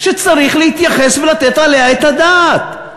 שצריך להתייחס, ולתת עליה את הדעת.